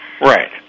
right